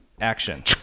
action